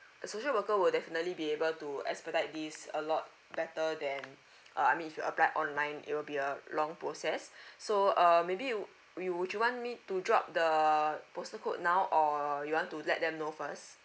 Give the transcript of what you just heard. social worker will definitely be able to expedite this a lot better than uh I mean if you apply online it will be a long process so um maybe you'd we would you want me to drop the postal code now or you want to let them know first